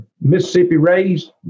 Mississippi-raised